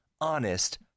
Honest